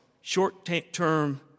short-term